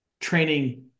training